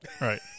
Right